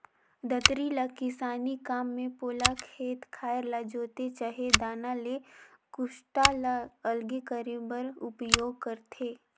दँतरी ल किसानी काम मे पोला खेत खाएर ल जोते चहे दाना ले कुसटा ल अलगे करे बर उपियोग करथे